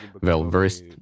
well-versed